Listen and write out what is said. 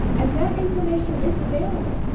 and that information is available.